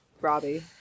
Robbie